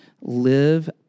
live